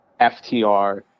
FTR